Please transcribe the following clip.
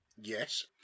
Yes